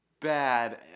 bad